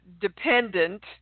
dependent